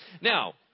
Now